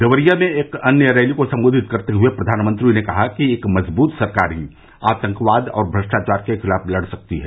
देवरिया में एक अन्य रैली को सम्बोधित करते हुए प्रधानमंत्री ने कहा कि एक मजबूत सरकार ही आतंकवाद और भ्रष्टाचार के खिलाफ लड़ सकती है